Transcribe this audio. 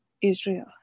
Israel